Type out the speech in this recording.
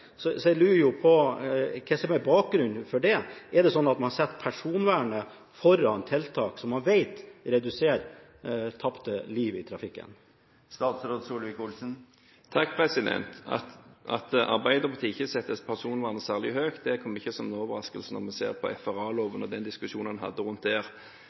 Jeg lurer jo på hva som er bakgrunnen for det. Er det sånn at man setter personvernet foran tiltak som man vet reduserer tap av liv i trafikken? At Arbeiderpartiet ikke setter personvernet særlig høyt, kommer ikke som noen overraskelse når vi ser på FRA-loven og den diskusjonen man hadde rundt den. Det samme gjaldt DLD-debatten. For oss er